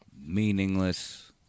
meaningless